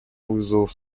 вызовов